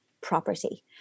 property